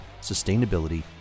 sustainability